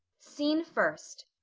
scene first.